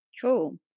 Cool